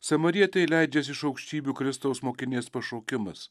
samarietei leidžiasi iš aukštybių kristaus mokinės pašaukimas